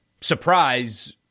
surprise